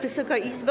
Wysoka Izbo!